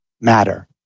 matter